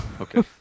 Okay